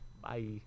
Bye